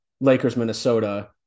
Lakers-Minnesota